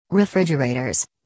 refrigerators